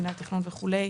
מינהל התכנון וכולי,